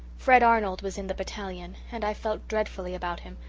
fred arnold was in the battalion and i felt dreadfully about him,